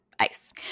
ice